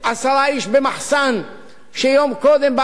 קודם בעל-הבית של המחסן קיבל 2,000 שקל,